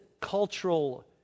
cultural